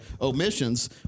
Omissions